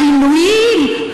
על עינויים,